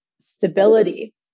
stability